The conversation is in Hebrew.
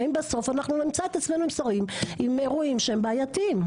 האם בסוף אנחנו נמצא את עצמנו עם שרים עם אירועים שהם בעייתיים?